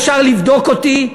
אפשר לבדוק אותי,